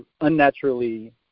unnaturally